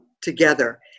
together